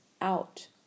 out